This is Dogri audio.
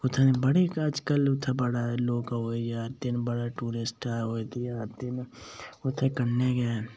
उत्थै बड़े अजकल उत्थै बड़ा लोक आवा जा'रदे न बड़ा टूरिस्ट आवा दे न उत्थै कन्नै गै